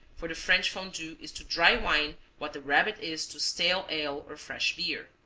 for the french fondue is to dry wine what the rabbit is to stale ale or fresh beer.